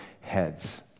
heads